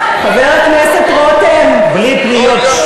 חבר הכנסת רותם, בלי פניות.